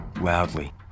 loudly